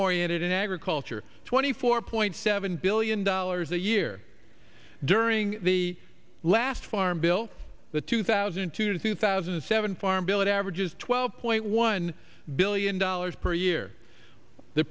oriented in agriculture twenty four point seven billion dollars a year during the last farm bill the two thousand to two thousand and seven farm bill that averages twelve point one billion dollars per year the